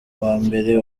mbere